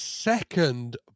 second